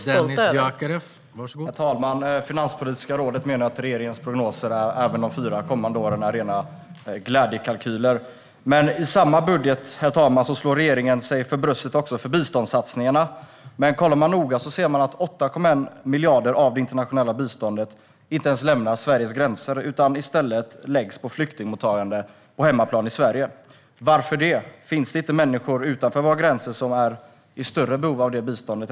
Herr talman! Finanspolitiska rådet menar att regeringens prognoser för de fyra kommande åren är rena glädjekalkyler. I samma budget, herr talman, slår regeringen sig för bröstet även för biståndssatsningarna. Men tittar man noga ser man att 8,1 miljarder av det internationella biståndet inte ens lämnar Sverige utan läggs på flyktingmottagande på hemmaplan. Varför det? Finns det inte människor utanför våra gränser som är i större behov av det biståndet?